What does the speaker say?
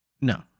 No